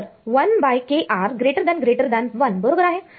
तर 1kr 1 बरोबर आहे